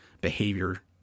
behavior